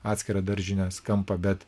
atskirą daržinės kampą bet